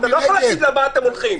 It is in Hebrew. אתה לא יכול להגיד לה "מה אתם הולכים?".